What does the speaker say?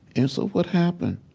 and so what happened?